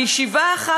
בישיבה אחת,